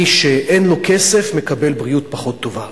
מי שאין לו כסף מקבל בריאות פחות טובה,